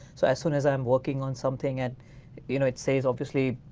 so as soon as i'm working on something and you know it says obviously,